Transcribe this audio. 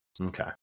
Okay